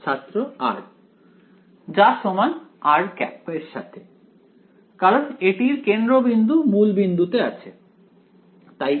ছাত্র r যা সমান এর সাথে কারণ এটির কেন্দ্রবিন্দু মূল বিন্দুতে আছে তাই